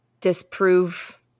disprove